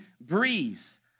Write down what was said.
breeze